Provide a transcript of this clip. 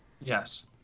Yes